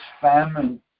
famine